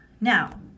Now